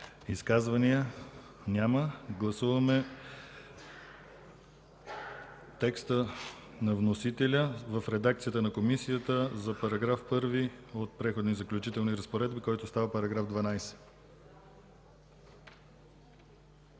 Изказвания? Няма. Гласуваме текста на вносителя в редакцията на Комисията за § 1 от Преходните и заключителни разпоредби, който става § 12.